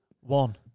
one